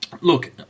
look